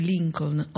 Lincoln